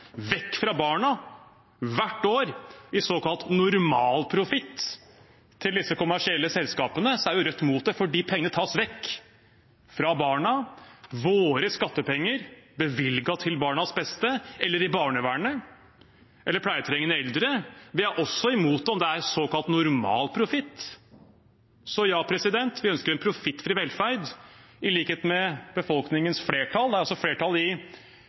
vekk bra barna, hvert år i såkalt normalprofitt til disse kommersielle selskapene, er Rødt imot det. For de pengene tas vekk fra barna – våre skattepenger bevilget til barnas beste – eller fra barnevernet eller fra pleietrengende eldre. Vi er også imot det om det er såkalt normalprofitt. Så ja, vi ønsker en profittfri velferd i likhet med befolkningens flertall. Det er flertall i